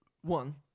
one